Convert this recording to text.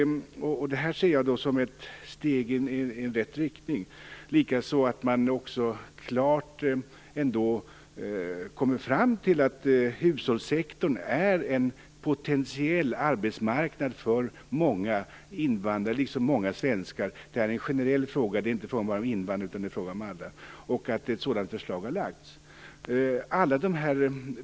Det ser jag som ett steg i rätt riktning. Ett annat steg i rätt riktning är att man klart kommer fram till att hushållssektorn är en potentiell arbetsmarknad för många invandrare, liksom för många svenskar. Det här är en generell fråga. Den berör inte bara invandrare, utan den berör alla. Ett sådant förslag har lagts fram.